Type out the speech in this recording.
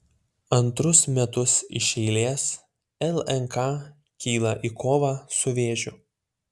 antrus metus iš eilės lnk kyla į kovą su vėžiu